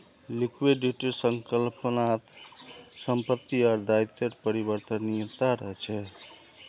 लिक्विडिटीर संकल्पना त संपत्ति आर दायित्वेर परिवर्तनीयता रहछे